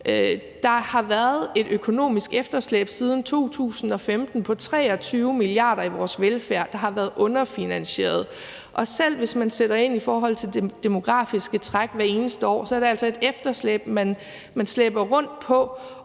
Der har været et økonomisk efterslæb siden 2015 på 23 mia. kr. i vores velfærd, der har været underfinansieret. Selv hvis man sætter ind i forhold til det demografiske træk hvert eneste år, er det altså et efterslæb, man slæber rundt på,